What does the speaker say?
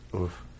Oof